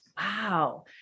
Wow